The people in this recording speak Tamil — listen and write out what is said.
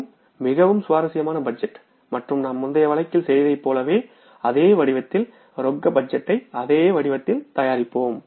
மிகவும் மிகவும் சுவாரஸ்யமான பட்ஜெட் மற்றும் நாம் முந்தைய வழக்கில் செய்ததைப் போலவே அதே வடிவத்தில் ரொக்க திட்ட பட்டியயை அதே வடிவத்தில் தயாரிப்போம்